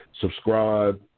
subscribe